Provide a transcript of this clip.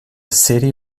city